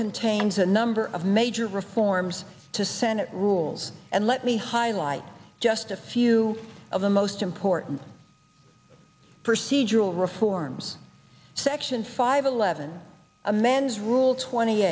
contains a number of major reforms to senate rules and let me highlight just a few of the most important for see jule reforms section five eleven amends rule twenty